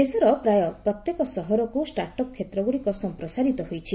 ଦେଶର ପ୍ରାୟ ପ୍ରତ୍ୟେକ ସହରକୁ ଷ୍ଟାର୍ଟଅପ୍ କ୍ଷେତ୍ରଗୁଡିକ ସମ୍ପ୍ରସାରିତ ହୋଇଛି